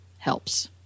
helps